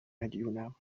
مدیونم